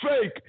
fake